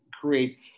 create